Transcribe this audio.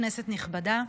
כנסת נכבדה,